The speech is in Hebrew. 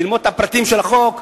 ללמוד את הפרטים של החוק,